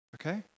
okay